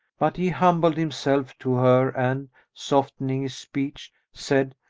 but he humbled himself to her and, softening his speech, said,